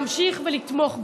להמשיך ולתמוך בהן.